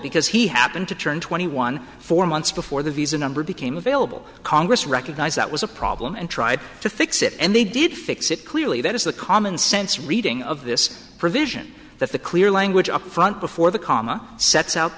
because he happened to turn twenty one four months before the visa number became available congress recognized that was a problem and tried to fix it and they did fix it clearly that is the commonsense reading of this provision that the clear language upfront before the comma sets out